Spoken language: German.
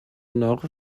nach